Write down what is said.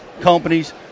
companies